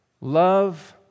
Love